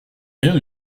rien